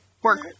work